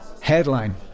Headline